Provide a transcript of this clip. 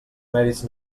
mèrits